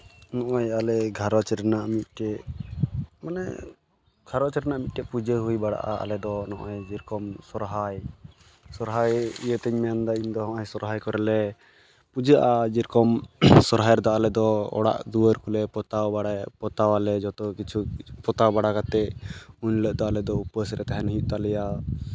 ᱱᱚᱜᱼᱚᱸᱭ ᱟᱞᱮ ᱜᱷᱟᱨᱚᱸᱡᱽ ᱨᱮᱭᱟᱜ ᱢᱤᱫᱴᱮᱡ ᱢᱟᱱᱮ ᱜᱷᱟᱨᱚᱸᱡᱽ ᱨᱮᱭᱟᱜ ᱢᱤᱫᱴᱮᱡ ᱯᱩᱡᱟᱹ ᱦᱩᱭ ᱵᱟᱲᱟᱜᱼᱟ ᱟᱞᱮ ᱫᱚ ᱱᱚᱜᱼᱚᱸᱭ ᱡᱮᱨᱚᱠᱚᱢ ᱥᱚᱨᱦᱟᱭ ᱥᱚᱦᱨᱟᱭ ᱤᱭᱟᱹ ᱛᱤᱧ ᱢᱮᱱᱫᱟ ᱤᱧᱫᱚ ᱱᱚᱜᱼᱚᱸᱭ ᱥᱚᱦᱨᱟᱭ ᱠᱚᱨᱮ ᱞᱮ ᱯᱩᱡᱟᱹᱜᱼᱟ ᱡᱮᱨᱚᱠᱚᱢ ᱥᱚᱨᱦᱟᱭ ᱨᱮᱫᱚ ᱟᱞᱮᱫᱚ ᱚᱲᱟᱜ ᱫᱩᱣᱟᱹᱨ ᱠᱚᱞᱮ ᱯᱚᱛᱟᱣ ᱵᱟᱲᱟᱭᱟ ᱯᱚᱛᱟᱣ ᱟᱞᱮ ᱡᱚᱛᱚ ᱠᱤᱪᱷᱩ ᱯᱚᱛᱟᱣ ᱵᱟᱲᱟ ᱠᱟᱛᱮ ᱩᱱ ᱦᱤᱞᱳᱜ ᱫᱚ ᱟᱞᱮᱫᱚ ᱩᱯᱟᱹᱥ ᱨᱮ ᱛᱟᱦᱮᱱ ᱦᱩᱭᱩᱜ ᱛᱟᱞᱮᱭᱟ